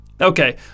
Okay